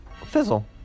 Fizzle